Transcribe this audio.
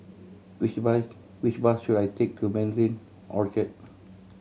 which which bus should I take to Mandarin Orchard